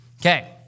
Okay